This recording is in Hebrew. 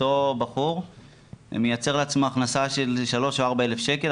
אותו בחור מייצר לעצמו הכנסה של 3,000-4,000 שקל,